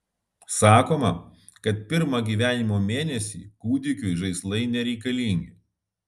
sakoma kad pirmą gyvenimo mėnesį kūdikiui žaislai nereikalingi